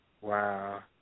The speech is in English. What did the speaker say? Wow